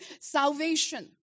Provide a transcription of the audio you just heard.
Salvation